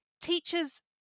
Teachers